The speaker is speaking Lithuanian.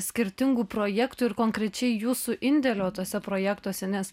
skirtingų projektų ir konkrečiai jūsų indėlio tuose projektuose nes